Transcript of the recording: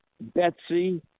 Betsy